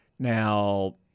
Now